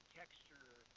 texture